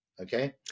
Okay